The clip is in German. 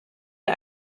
der